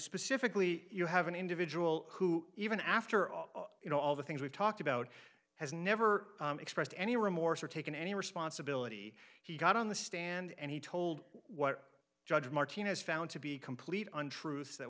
specifically you have an individual who even after all you know all the things we've talked about has never expressed any remorse or taken any responsibility he got on the stand and he told what judge martinez found to be complete untruths that